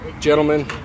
gentlemen